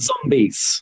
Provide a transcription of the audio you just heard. zombies